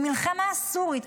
במלחמה הסורית,